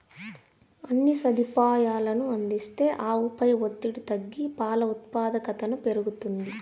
అన్ని సదుపాయాలనూ అందిస్తే ఆవుపై ఒత్తిడి తగ్గి పాల ఉత్పాదకతను పెరుగుతుంది